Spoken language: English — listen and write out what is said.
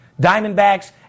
Diamondbacks